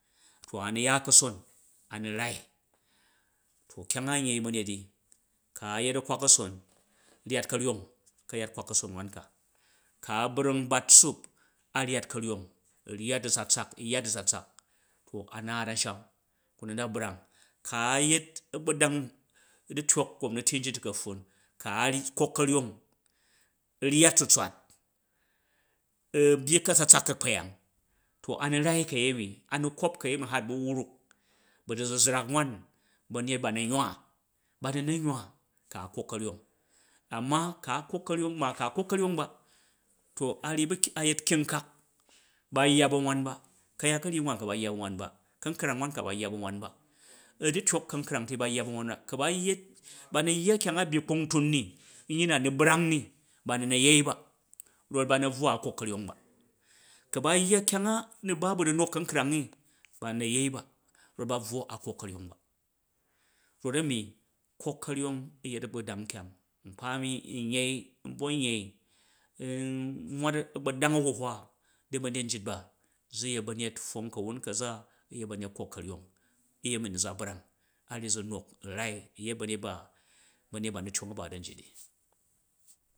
A nu ya ka̱son, a nu rau, to kyang an yei ba̱nyet i, ka̱ a yet a̱kwak a̱son ryat ka̱ryong ka̱yat kwak ka̱son wan ka ku a brang bat tsuup a ryat ka̱ryong u ryat a̱ tsatsak u̱ yya du̱tsatsak to a naat a̱nsham ku nu na̱ brang, ku ayet a̱gba̱dong u du̱tyok gomnati nyit ti ka̱pffun, ku a kok ka̱ryong u̱ryat tsutswat, u̱ byi a̱tsatsak ka̱k pyang a nu rai ka̱yemi, a nu kop ka̱yemi hat u ba̱ wruk bu̱ da̱zuzrak wan ba̱nyet ba na ngula, ba nu na nywa ku a kok ka̱ryong ama ku akok ka̱ryong ba to a ryi bu, a yet kyungkak bayya banwamba kayat ka̱ryi nanka ba yya ba̱n wan ba, ka̱nkrang wanka ba yya ba̱n wan bam ku ba yet, ba mu yya kyong a byyi kpung tun ni nyyi na nu̱ brang ni, ba ni na̱ yei ba rot ba na̱ bvwo a kok ka̱ryong ba, ku ba yya kyong a na ba ba̱ du̱nok ka̱nkrong ni ban na̱ yei ba rot ba bvwo a̱ kok karyong ba, rot ani kok ka̱ryong yet a̱gbadang nkyang akpa mi nyei n bvon yei u mwaat a̱gbadong a̱buhwa di ba̱nyet njit ba zu yet banyet pfwong ka̱wun ka̱za u̱yet ba̱nyet kok ka̱ryong, u. yemi nu za brang a aryi zu nok u̱ rai u̱ yet ba̱nyet ba ba̱nyet ba na tyong a̱ ba dom jit ni.